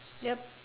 yup